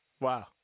Wow